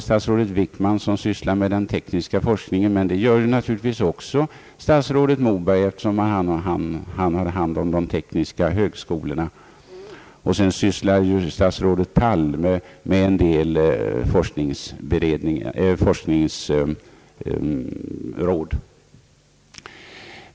Statsrådet Wickman sysslar med den tekniska forskningen, men det gör naturligtvis också statsrådet Moberg eftersom han har hand om de tekniska högskolorna. Statsrådet Palme sysslar med en del forskningsråd.